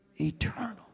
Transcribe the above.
eternal